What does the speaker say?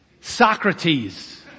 Socrates